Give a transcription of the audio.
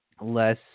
less